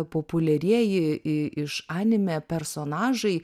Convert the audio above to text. populiarieji į iš anime personažai